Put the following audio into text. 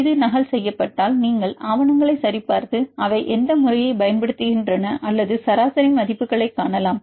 இது நகல் செய்யப்பட்டால் நீங்கள் ஆவணங்களை சரிபார்த்து அவை எந்த முறையைப் பயன்படுத்துகின்றன அல்லது சராசரி மதிப்புகளைக் காணலாம்